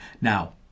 Now